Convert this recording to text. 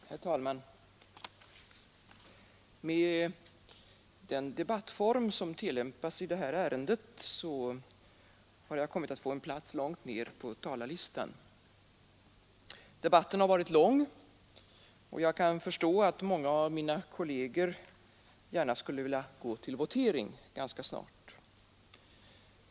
Herr talman! Med den debattform som tillämpas i det här ärendet har. jag kommit att få en plats långt ner på talarlistan. Debatten har varit lång, och jag kan förstå att många av mina kolleger skulle vilja gå till votering ganska snart.